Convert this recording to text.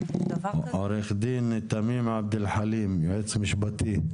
עו"ד תמים עבד אלחלים, יועץ משפטי.